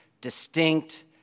distinct